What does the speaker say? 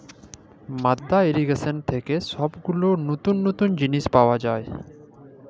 মাদ্দা ইর্রিগেশন থেক্যে সব গুলা লতুল লতুল জিলিস পাওয়া যায়